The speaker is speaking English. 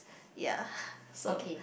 ya so